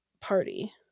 party